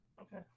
Okay